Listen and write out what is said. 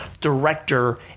director